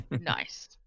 nice